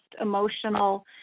emotional